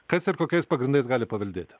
kas ir kokiais pagrindais gali paveldėti